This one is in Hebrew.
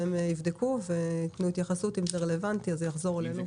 והם יבדקו ויתנו התייחסות אם זה רלוונטי אז זה יחזור אלינו,